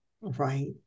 right